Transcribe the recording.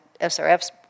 SRF's